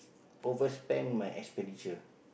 overspend my expenditure